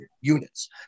units